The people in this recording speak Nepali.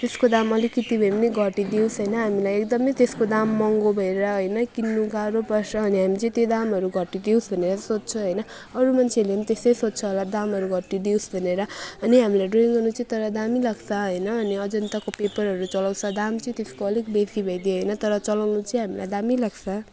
त्यसको दाम अलिकति भए पनि घटिदियोस् होइन हामीलाई एकदमै त्यसको दाम महँगो भएर होइन किन्नु गाह्रो पर्छ अनि हामी चाहिँ त्यो दामहरू घटिदियोस् भनेर सोच्छु होइन अरू मान्छेहरूले पनि त्यस्तै सोच्छ होला दामहरू घटिदियोस् भनेर अनि हामीलाई ड्रइङ गर्नु चाहिँ तर दामी लाग्छ होइन अनि अजन्ताको पेपरहरू चलाउँछौँ दाम चाहिँ त्यसको अलिक बेसी भइदियो होइन तर चलाउनु चाहिँ हामीलाई दामी लाग्छ